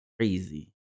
crazy